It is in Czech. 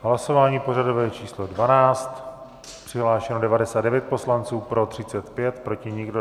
Hlasování pořadové číslo 12, přihlášeno 99 poslanců, pro 35, proti nikdo.